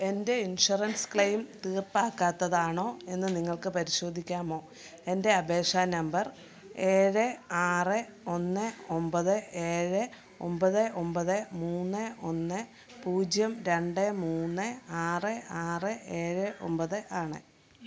എൻ്റെ insurance claim തീർപ്പാക്കാത്തത് ആണോ എന്ന് നിങ്ങൾക്ക് പരിശോധിക്കാമോ എൻ്റെ അപേക്ഷ നമ്പർ ഏഴ് ആറ് ഒന്ന് ഒമ്പത് ഏഴ് ഒമ്പത് ഒമ്പത് മൂന്ന് ഒന്ന് പൂജ്യം രണ്ട് മുന്ന് ആറ് ആറ് ഏഴ് ഒമ്പത് ആണ്